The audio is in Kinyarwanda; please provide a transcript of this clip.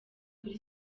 kuri